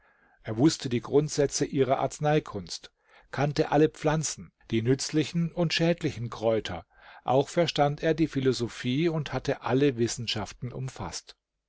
er wußte die grundsätze ihrer arzneikunst kannte alle pflanzen die nützlichen und schädlichen kräuter auch verstand er die philosophie und hatte alle wissenschaften umfaßt